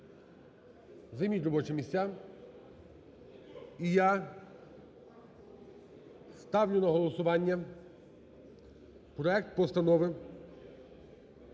займіть робочі місця. І я ставлю на голосування проект Постанови